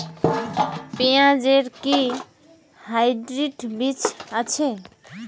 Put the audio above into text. পেঁয়াজ এর কি হাইব্রিড বীজ হয়?